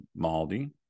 Maldi